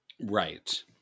Right